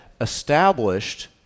established